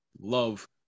love